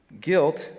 Guilt